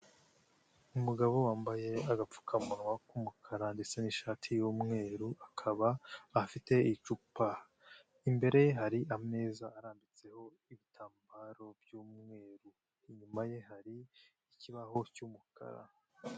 Umugabo wambaye agapfukamunwa k'umukara ndetse n'ishati y'umweru akaba afite icupa. Imbere ye hari ameza arambitseho ibitambaro by'umweru. Inyuma ye hari ikibaho cy'umukara.